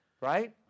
right